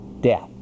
death